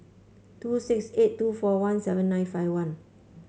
two six eight two four one seven nine five one